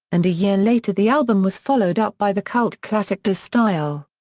and a year later the album was followed up by the cult classic de stijl.